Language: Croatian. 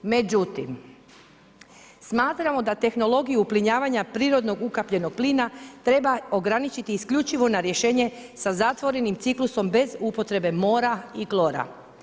Međutim, smatramo da tehnologiju uplinjavanja prirodno ukapljenog plina treba ograničiti isključivo na rješenje sa zatvorenim ciklusom bez upotrebe mora i klora.